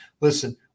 listen